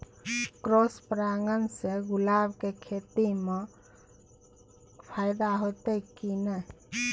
Cross परागण से गुलाब के खेती म फायदा होयत की नय?